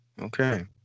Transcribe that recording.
Okay